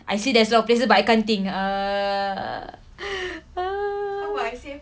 I say there's a lot of places but I can't think err err